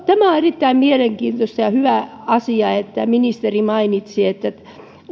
tämä on erittäin mielenkiintoista ja ja hyvä asia kun ministeri mainitsi että